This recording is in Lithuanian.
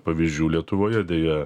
pavyzdžių lietuvoje deja